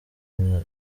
umwe